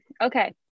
Okay